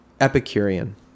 epicurean